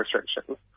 restrictions